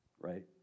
right